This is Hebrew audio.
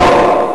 שיהיה ברור.